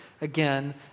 again